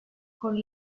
con